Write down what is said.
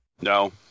No